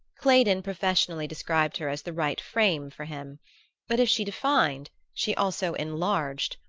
claydon professionally described her as the right frame for him but if she defined she also enlarged,